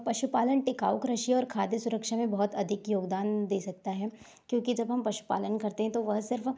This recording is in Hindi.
पशुपालन टिकाऊ कृषि और खाद्य सुरक्षा में बहुत अधिक योगदान दे सकता है क्योंकि जब हम पशुपालन करते हैं तो वह सिर्फ़